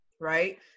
right